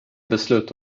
beslut